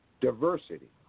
diversity